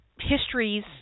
histories